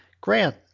grant